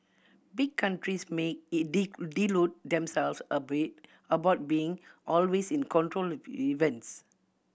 big countries may delude themselves about being always in control of events